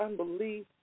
unbelief